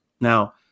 Now